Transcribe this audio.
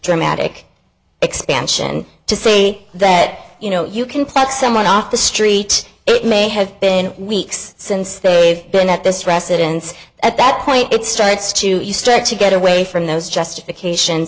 dramatic expansion to say that you know you can put someone off the street it may have been weeks since they've been at this residence at that point it starts to you start to get away from those justification